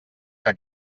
que